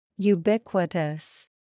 Ubiquitous